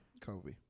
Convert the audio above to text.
Kobe